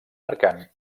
mercant